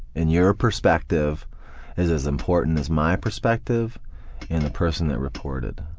and your ah perspective is as important as my perspective and the person that reported.